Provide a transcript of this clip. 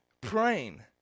Praying